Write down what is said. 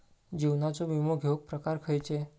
जीवनाचो विमो घेऊक प्रकार खैचे?